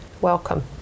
Welcome